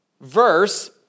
verse